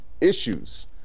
issues